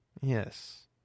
Yes